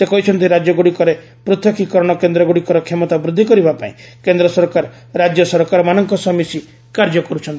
ସେ କହିଛନ୍ତି ରାଜ୍ୟଗୁଡ଼ିକରେ ପୃଥକୀକରଣ କେନ୍ଦ୍ରଗୁଡ଼ିକର କ୍ଷମତା ବୃଦ୍ଧି କରିବା ପାଇଁ କେନ୍ଦ୍ର ସରକାର ରାଜ୍ୟ ସରକାରମାନଙ୍କ ସହ ମିଶି କାର୍ଯ୍ୟ କରୁଛନ୍ତି